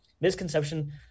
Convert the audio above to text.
misconception